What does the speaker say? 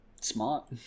Smart